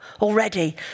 already